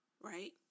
right